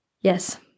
Yes